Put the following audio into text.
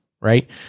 Right